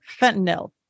fentanyl